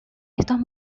estos